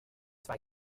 zwei